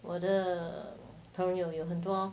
我的朋友有很多